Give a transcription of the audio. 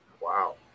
wow